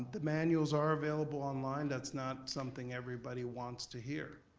the manuals are available online. that's not something everybody wants to hear.